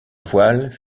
voiles